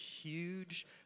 huge